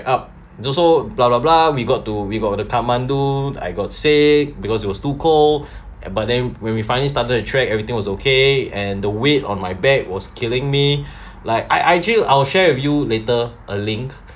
up it also blah blah blah we got to we got to kathmandu I got sick because it was too cold but then when we finally started to track everything was okay and the weight on my back was killing me like I I actually I'll share with you later a link